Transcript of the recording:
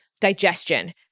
digestion